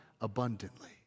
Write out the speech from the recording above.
abundantly